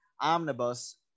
Omnibus